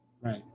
Right